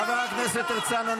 חבר הכנסת הרצנו,